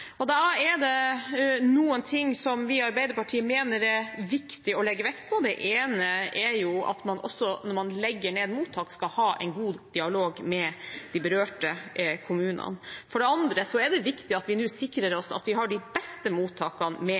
videre. Da er det noe som vi i Arbeiderpartiet mener er viktig å legge vekt på. Det ene er at man også når man legger ned mottak, skal ha en god dialog med de berørte kommunene. For det andre er det viktig at vi nå sikrer oss at vi har de beste mottakene med